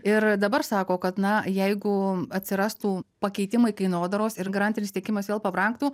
ir dabar sako kad na jeigu atsirastų pakeitimai kainodaros ir garantinis tiekimas vėl pabrangtų